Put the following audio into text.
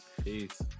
Peace